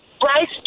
Bryce